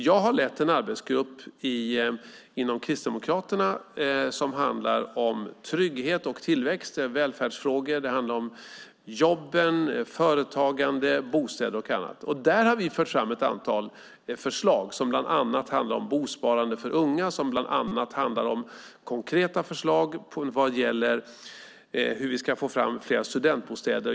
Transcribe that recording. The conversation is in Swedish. Jag har lett en arbetsgrupp inom Kristdemokraterna som har jobbat med trygghet, tillväxt - välfärdsfrågor. Det handlar om jobben, företagande, bostäder och annat. Där har vi fört fram ett antal förslag som bland annat handlar om bosparande för unga och konkreta förslag på hur vi kan få fram fler studentbostäder.